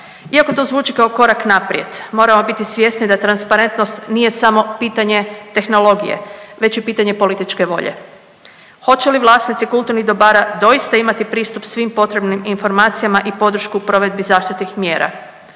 Iako to zvuči kao korak naprijed moramo biti svjesni da transparentnost nije samo pitanje tehnologije već i pitanje političke volje. Hoće li vlasnici kulturnih dobara doista imati pristup svim potrebnim informacijama i podršku provedbi zaštitnih mjera?